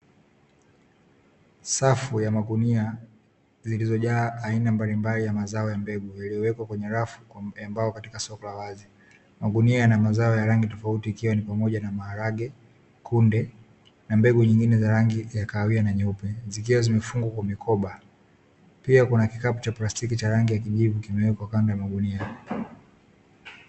Safu ya magunia zilizojaa aina mbalimbali ya mazao ya mbegu iliyowekwa kwenye rafu ya mbao katika soko la wazi, magunia yana mazao ya rangi tofauti ikiwa ni pamoja na maharage, kunde na mbegu nyingine zenye rangi ya kahawia na nyeupe, zikiwa zimefungwa kwenye mikoba. Pia kuna kikapu cha plastiki cha rangi ya kijivu kimewekwa kando ya magunia.